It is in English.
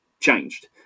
changed